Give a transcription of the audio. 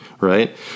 right